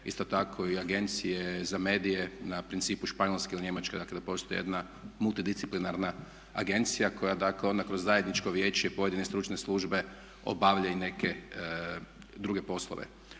isto tako i Agencije za medije na principu Španjolske ili Njemačke. Dakle, da postoji jedna multi disciplinarna agencija koja, dakle ona kroz zajedničko vijeće i pojedine stručne službe obavlja i neke druge poslove.